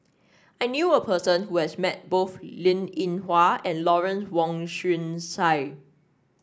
I knew a person who has met both Linn In Hua and Lawrence Wong Shyun Tsai